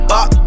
Bop